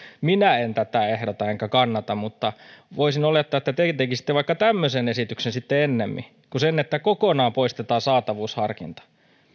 minä en en tätä ehdota enkä kannata mutta voisin olettaa että te tekisitte vaikka tämmöisen esityksen sitten ennemmin kuin sen että kokonaan poistetaan saatavuusharkinta